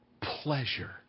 pleasure